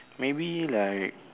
maybe like